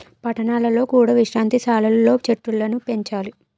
పట్టణాలలో కూడా విశ్రాంతి సాలలు లో చెట్టులను పెంచాలి